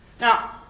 Now